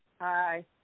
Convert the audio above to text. Hi